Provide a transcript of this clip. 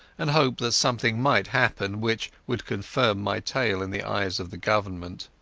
and hope that something might happen which would confirm my tale in the eyes of the government.